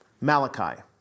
Malachi